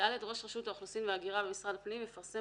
(ד) ראש רשות האוכלוסין וההגירה במשרד הפנים יפרסם